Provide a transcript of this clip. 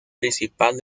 principal